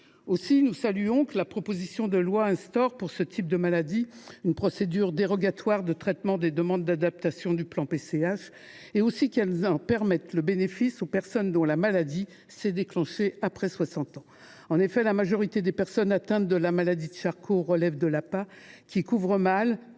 Aussi, nous nous réjouissons que la proposition de loi instaure pour ce type de maladie une procédure dérogatoire de traitement des demandes d’adaptation du plan PCH et qu’elle en permette le bénéfice aux personnes dont la maladie s’est déclenchée après 60 ans. En effet, la majorité des personnes atteintes de la maladie de Charcot relèvent de l’APA, qui couvre mal